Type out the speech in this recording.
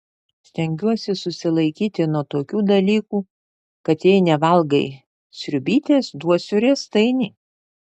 stengiuosi susilaikyti nuo tokių dalykų kad jei nevalgai sriubytės duosiu riestainį